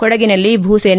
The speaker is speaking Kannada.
ಕೊಡಗಿನಲ್ಲಿ ಭೂಸೇನೆ